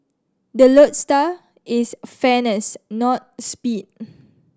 the lodestar is fairness not speed